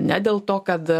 ne dėl to kad